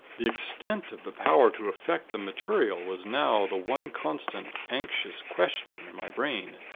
the extent of the power to affect the material was now the one constant, anxious questioning in my brain.